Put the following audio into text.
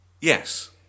Yes